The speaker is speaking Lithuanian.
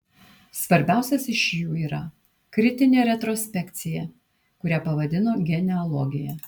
svarbiausias iš jų yra kritinė retrospekcija kurią pavadino genealogija